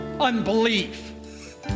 unbelief